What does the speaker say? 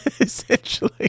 essentially